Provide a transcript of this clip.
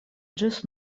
ĝis